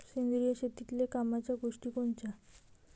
सेंद्रिय शेतीतले कामाच्या गोष्टी कोनच्या?